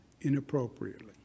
inappropriately